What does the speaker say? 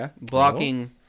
Blocking